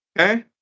Okay